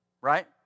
Right